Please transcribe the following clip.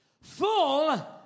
full